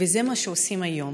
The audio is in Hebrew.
וזה מה שעושים היום,